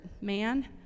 man